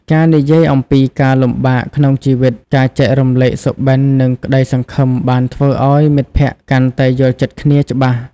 ការនិយាយអំពីការលំបាកក្នុងជីវិត ការចែករំលែកសុបិន្តនិងក្តីសង្ឃឹមបានធ្វើឱ្យមិត្តភក្តិកាន់តែយល់ចិត្តគ្នាច្បាស់។